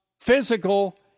physical